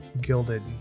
gilded